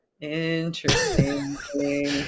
Interesting